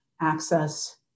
access